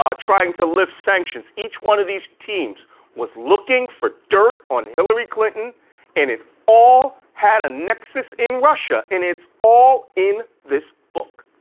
trying to lift sanctions. each one of these teams was looking for dirt on hillary clinton and it all had a nexus in russia and it's all in this book.